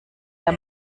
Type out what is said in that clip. der